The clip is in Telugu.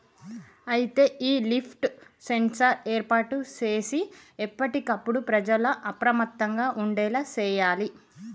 అయితే ఈ లిఫ్ట్ సెన్సార్ ఏర్పాటు సేసి ఎప్పటికప్పుడు ప్రజల అప్రమత్తంగా ఉండేలా సేయాలి